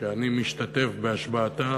שאני משתתף בהשבעתה.